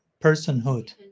personhood